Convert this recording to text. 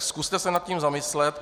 Zkuste se nad tím zamyslet.